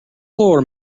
floor